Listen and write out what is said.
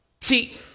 See